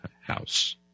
house